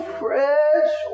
fresh